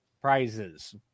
prizes